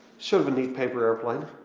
sort of a neat paper airplane